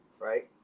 right